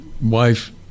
wife